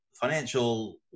financial